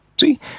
See